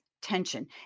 tension